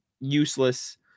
useless